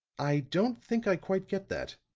i don't think i quite get that,